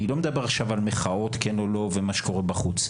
אני לא מדבר עכשיו על מחאות כן או לא ועל מה שקורה בחוץ.